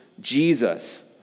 Jesus